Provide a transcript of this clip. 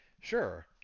sure